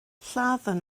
lladdon